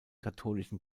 katholischen